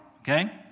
okay